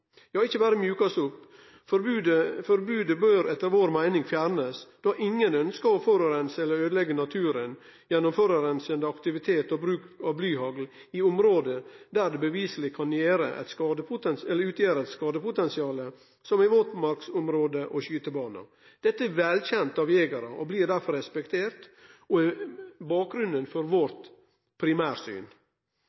Ja, ikkje berre bør forbodet mjukast opp, det bør etter vår meining fjernast, då ingen ønskjer å forureine eller øydeleggje naturen gjennom forureinande aktivitet og bruk av blyhagl i område der det beviseleg kan utgjere eit skadepotensial, som i våtmarksområde og på skytebaner. Dette er velkjent av jegerar og blir derfor respektert, og det er bakgrunnen for